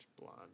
blonde